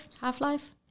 Half-Life